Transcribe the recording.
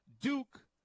Duke